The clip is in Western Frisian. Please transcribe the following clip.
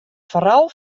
foaral